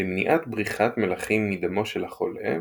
למניעת בריחת מלחים מדמו של החולה,